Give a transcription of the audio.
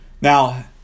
Now